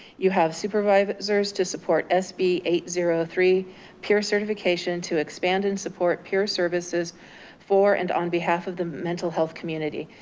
you have supervisors to support s b eight zero three peer certification to expand in support peer services for and on behalf of the mental health community.